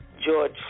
George